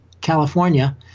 California